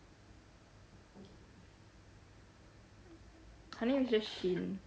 her name is just shin